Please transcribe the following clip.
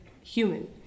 human